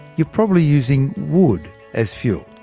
you're probably using wood as fuel.